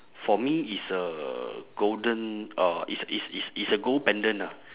for me is a golden uh is is is is a gold pendant ah